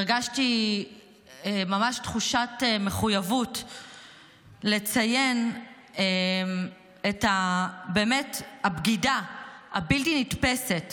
הרגשתי ממש תחושת מחויבות לציין את הבגידה הבלתי-נתפסת